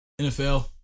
NFL